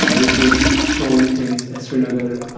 ah which was shown in srinagar